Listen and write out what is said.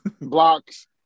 Blocks